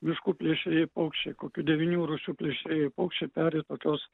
miškų plėšrieji paukščiai kokių devynių rūšių plėšieji paukščiai peri tokios